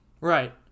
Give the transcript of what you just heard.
Right